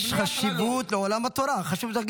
יש חשיבות לעולם התורה, חשוב להגיד את זה.